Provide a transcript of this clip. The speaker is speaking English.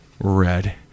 Red